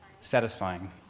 Satisfying